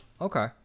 Okay